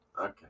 Okay